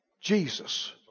Jesus